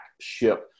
ship